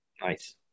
Nice